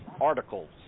articles